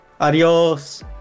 Adios